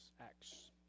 Acts